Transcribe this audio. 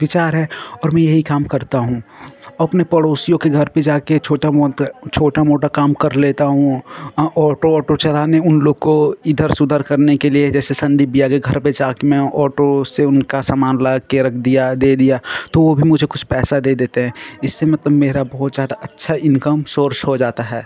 विचार है और मैं यही काम करता हूँ अपने पड़ोसियों के घर पर जा कर छोटा मोत छोटा मोटा काम कर लेता हूँ ओटो ओटो चलाने उन लोग को इधर से उधर करने के लिए जैसे संडे भी आ गया घर पर जा कर मैं ऑटो से उनका समान ला कर रख दिया दे दिया तो वो भी मुझे कुछ पैसा दे देते हैं इससे मतलब मेरा बहुत ज़्यादा अच्छा इनकम सोर्स हो जाता है